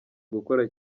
gukora